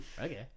Okay